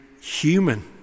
human